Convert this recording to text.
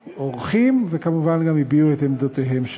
האורחים, וכמובן גם הביעו את עמדותיהם.